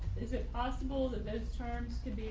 is it possible that this terms can